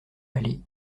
aller